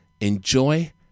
Enjoy